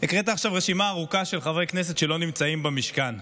הקראת עכשיו רשימה ארוכה של חברי כנסת שלא נמצאים במשכן.